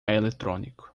eletrônico